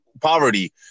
poverty